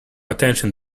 attention